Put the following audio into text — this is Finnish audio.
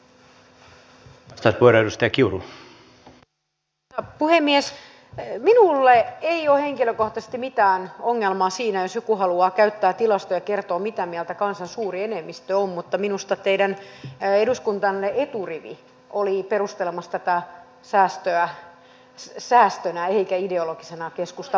minulle ei ole henkilökohtaisesti mitään ongelmaa siinä jos joku haluaa käyttää tilastoja ja kertoa mitä mieltä kansan suuri enemmistö on mutta minusta teidän eduskuntaryhmänne eturivi oli perustelemassa tätä säästöä säästönä eikä ideologisena keskustan valintana